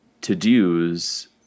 to-dos